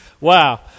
Wow